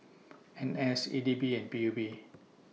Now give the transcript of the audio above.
N S E D B and P U B